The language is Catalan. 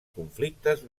conflictes